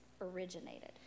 originated